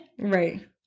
Right